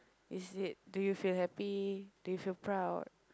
is it do you feel happy do you feel proud